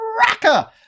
cracker